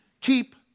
Keep